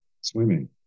swimming